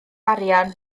arian